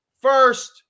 First